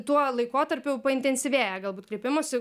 tuo laikotarpiu paintensyvėja galbūt kreipimųsi